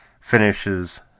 finishes